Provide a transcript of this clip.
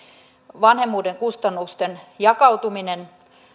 vanhemmuuden kustannusten jakautuminen